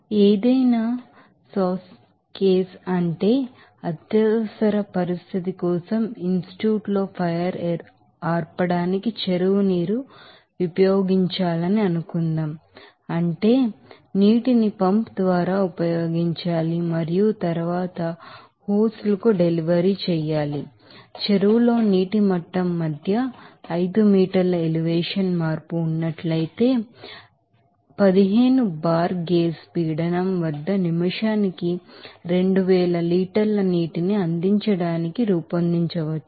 ఏదైనా సాస్ కేస్ ఉంటే అత్యవసర పరిస్థితి కోసం ఇనిస్టిట్యూట్ లో ఫైర్ ఆర్పడానికి చెరువు నీరు ఉపయోగించాలని అనుకుందాం అంటే నీటిని పంప్ ద్వారా ఉపయోగించాలి మరియు తరువాత హోస్ లకు డెలివరీ చేయాలి చెరువులో నీటి మట్టం మధ్య 5 మీటర్ల ఎలివేషన్ మార్పు ఉన్నట్లయితే 15 బార్ గేజ్ ప్రెషర్ వద్ద నిమిషానికి 2000 లీటర్ల నీటిని అందించడానికి రూపొందించవచ్చు